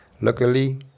Luckily